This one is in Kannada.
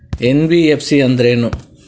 ಎನ್.ಬಿ.ಎಫ್.ಸಿ ಅಂದ್ರೇನು?